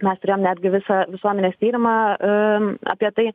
mes turėjom netgi visą visuomenės tyrimą a apie tai